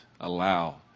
allow